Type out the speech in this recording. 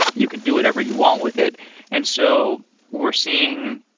you can do whatever you want with it and so we're seeing